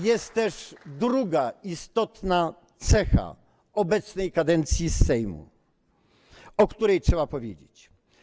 Jest też druga istotna cecha obecnej kadencji Sejmu, o której trzeba powiedzieć.